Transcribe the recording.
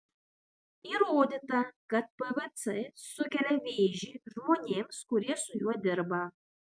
įrodyta kad pvc sukelia vėžį žmonėms kurie su juo dirba